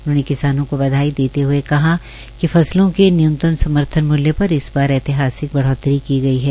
उन्होंने किसानों को बधाई देते हए कहा कि फसलों के न्यूनतम समर्थन मूल्य पर इस बार ऐतिहासिक बढ़ोतरी की गई है